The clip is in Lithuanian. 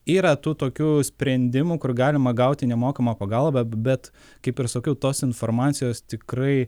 yra tų tokių sprendimų kur galima gauti nemokamą pagalbą bet kaip ir sakiau tos informacijos tikrai